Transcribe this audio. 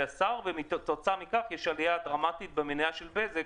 השר וכתוצאה מכך יש עלייה דרמטית במניה של בזק.